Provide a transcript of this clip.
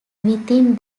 within